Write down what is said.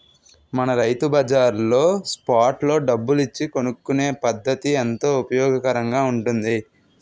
మన రైతు బజార్లో స్పాట్ లో డబ్బులు ఇచ్చి కొనుక్కునే పద్దతి ఎంతో ఉపయోగకరంగా ఉంటుంది